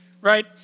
right